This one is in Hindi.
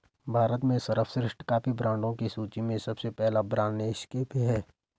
भारत में सर्वश्रेष्ठ कॉफी ब्रांडों की सूची में सबसे पहला ब्रांड नेस्कैफे है